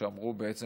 שאמרו בעצם